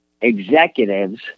executives